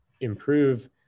improve